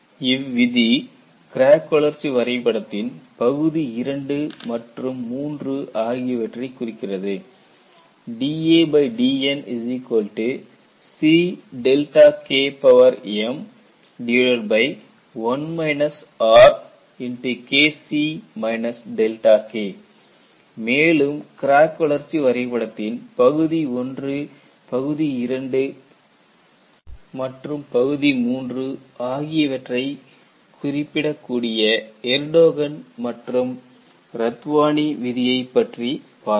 இவ்விதி crack வளர்ச்சி வரைபடத்தின் பகுதி II மற்றும் III ஆகியவற்றைக் குறிக்கிறது dadN CmKc K மேலும் கிராக் வளர்ச்சி வரைபடத்தின் பகுதி I பகுதி II மற்றும் பகுதி III ஆகியவற்றைக் குறிப்பிடக்கூடிய எர்டோகன் மற்றும் ரத்வானி விதியைப் பற்றி பார்த்தோம்